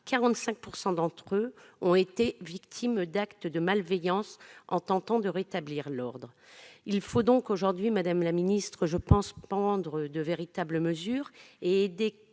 45 % d'entre eux ont été victimes d'actes de malveillance en tentant de rétablir l'ordre. Il faut donc aujourd'hui prendre de véritables mesures et aider